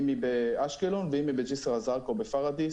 אם היא באשקלון ואם היא בג'סר א-זרקא או בפרדיס,